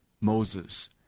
Moses